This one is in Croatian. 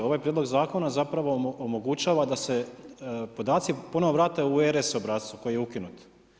Ovaj prijedlog zakona zapravo omogućava da se podaci ponovo vrate u RS obrascu koji je ukinut.